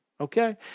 Okay